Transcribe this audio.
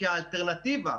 כי האלטרנטיבה,